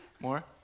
more